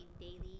daily